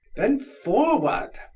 then forward!